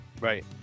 Right